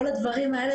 כל הדברים האלה